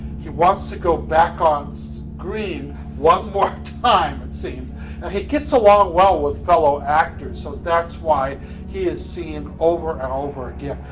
wants to go back on this green one more time and see if ah he gets along well with fellow actors. so that's why he is seeing over and over again.